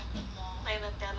like Nutella kind